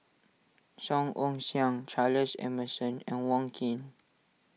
Song Ong Siang Charles Emmerson and Wong Keen